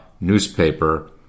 newspaper